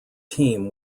team